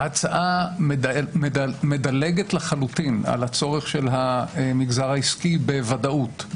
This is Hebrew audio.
ההצעה מדלגת לחלוטין על הצורך של המגזר העסקי בוודאות.